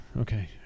Okay